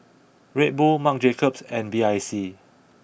Red Bull Marc Jacobs and B I C